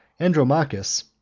Andromachus